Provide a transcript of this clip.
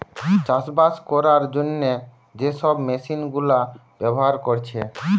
চাষবাস কোরার জন্যে যে সব মেশিন গুলা ব্যাভার কোরছে